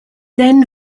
then